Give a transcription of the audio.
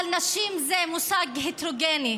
נשים זה מושג הטרוגני.